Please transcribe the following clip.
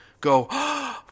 go